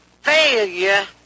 Failure